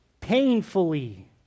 painfully